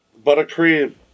buttercream